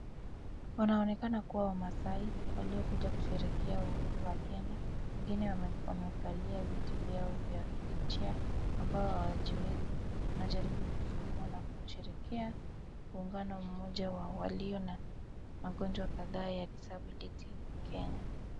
Wanaonekana kuwa Wamasai waliokuja kusherehekea uhuru wa Kenya. Wengine wamekaliwa viti vyao vya wheelchair ambao hawajiwezi. Wanajaribu kusukumwa na kusherehekea ungano mmoja wa walio na magonjwa kadhaa ya disability Kenya.